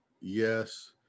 yes